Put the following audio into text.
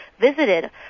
visited